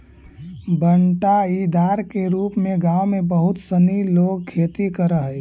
बँटाईदार के रूप में गाँव में बहुत सनी लोग खेती करऽ हइ